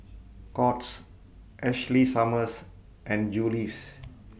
Courts Ashley Summers and Julie's